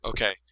Okay